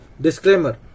Disclaimer